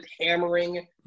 hammering